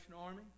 Army